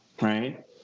right